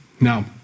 Now